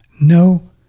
no